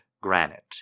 granite